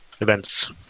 events